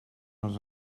els